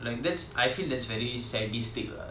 like that's I feel that's very sadistic lah